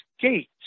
Gates